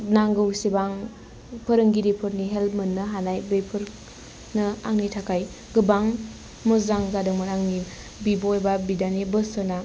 नांगौसेबां फोरोंगिरिफोरनि हेल्प मोननो हानाय बेफोरनो आंनि थाखाय गोबां मोजां जादोंमोन आंनि बिब' एबा बिदानि बोसोना